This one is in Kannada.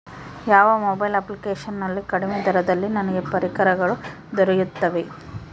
ಯಾವ ಮೊಬೈಲ್ ಅಪ್ಲಿಕೇಶನ್ ನಲ್ಲಿ ಕಡಿಮೆ ದರದಲ್ಲಿ ನನಗೆ ಪರಿಕರಗಳು ದೊರೆಯುತ್ತವೆ?